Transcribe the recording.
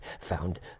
found